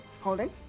Holding